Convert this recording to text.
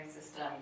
system